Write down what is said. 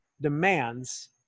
demands